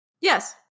Yes